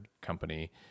company